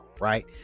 right